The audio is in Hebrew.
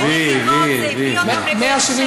זה הביא אותם לבאר-שבע.